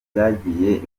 byagiye